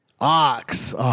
Ox